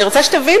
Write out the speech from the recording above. אני רוצה שתבינו,